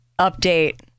update